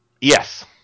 Yes